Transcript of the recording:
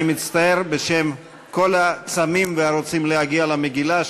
אני מצטער בשם כל הצמים והרוצים להגיע לקריאת המגילה,